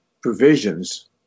Provisions